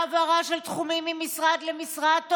העברה של תחומים ממשרד למשרד,